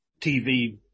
TV